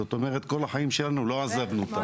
זאת אומרת, כל החיים שלנו לא עזבנו.